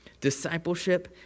Discipleship